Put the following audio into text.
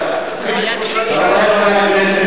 חברי חברי הכנסת,